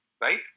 right